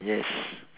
yes